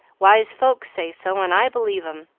wise folks say so and i believe em.